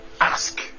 ask